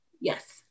Yes